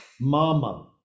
mama